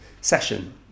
session